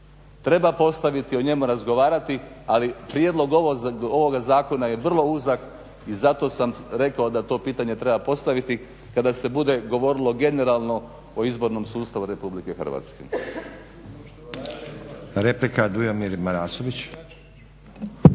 treba postaviti, o njemu razgovarati ali prijedlog ovoga zakona je vrlo uzak i zato sam rekao to pitanje treba postaviti kada se bude govorilo generalno o izbornom sustavu Republike Hrvatske.